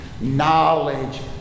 knowledge